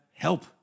Help